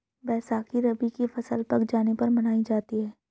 बैसाखी रबी की फ़सल पक जाने पर मनायी जाती है